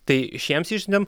tai šiems išsiuntėm